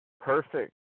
perfect